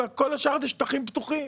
כשכל השאר הם שטחים פתוחים.